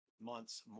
months